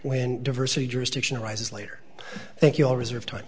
when diversity jurisdiction arises later thank you all reserve time